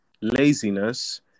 laziness